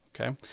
okay